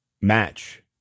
match